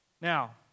Now